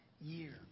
Year